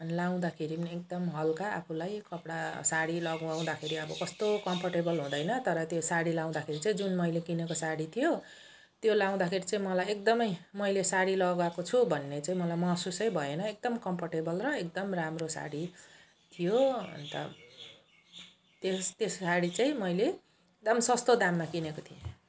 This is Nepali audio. अनि लाउँदाखेरि पनि एकदम हल्का आफूलाई कपडा साडी लगाउँदाखेरि अब कस्तो कम्फर्टेबल हुँदैन तर त्यो साडी लाउँदाखेरि चाहिँ जुन मैले किनेको साडी थियो त्यो लाउँदाखेरि चाहिँ मलाई एकदमै मैले साडी लगाएको छु भन्ने चाहिँ मलाई महसुसै भएन एकदम कम्फर्टेबल र एकदम राम्रो साडी थियो अनि त त्यस त्यस साडी चाहिँ मैले एकदम सस्तो दाममा किनेको थिएँ